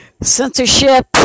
censorship